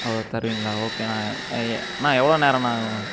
ஓ தருவீங்களா ஓகேண்ணா அண்ணா எவ்வளோ நேரம்ணா ஆகும்